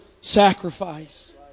sacrifice